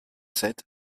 sept